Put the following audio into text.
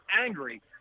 angry